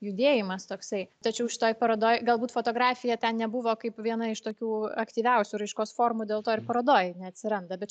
judėjimas toksai tačiau šitoj parodoj galbūt fotografija ten nebuvo kaip viena iš tokių aktyviausių raiškos formų dėl to ir parodoj neatsiranda bet